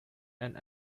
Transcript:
and